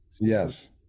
Yes